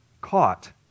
caught